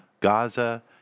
Gaza